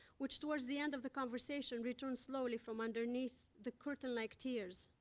which toward the end of the conversation returns slowly from underneath the curtain-like tears,